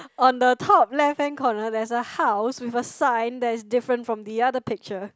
on the top left hand corner there's a house with a sign that is different from the other picture